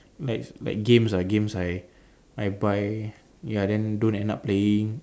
like like games ah games I I buy ya then don't end up playing